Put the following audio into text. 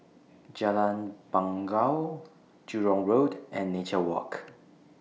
Jalan Bangau Jurong Road and Nature Walk